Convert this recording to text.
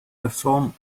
perform